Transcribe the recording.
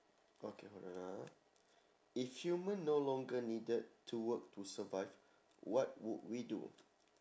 okay hold on ah if human no long needed to work to survive what would we do